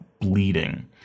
bleeding